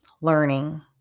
learning